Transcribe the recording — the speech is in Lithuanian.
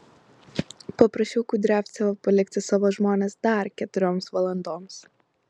paprašiau kudriavcevą palikti savo žmones dar keturioms valandoms